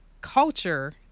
culture